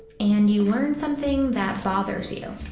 and you learn something that bothers you.